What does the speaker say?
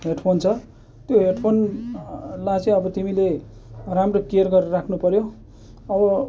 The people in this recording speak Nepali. हेडफोन छ त्यो हेडफोन लाई चाहिँ अब तिमीले राम्रो केयर गरेर राख्नु पर्यो अब